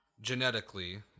genetically